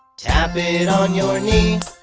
tap it on your knee.